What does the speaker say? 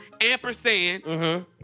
ampersand